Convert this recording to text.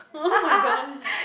oh my gosh